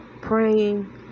praying